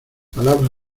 palabra